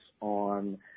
on